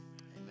Amen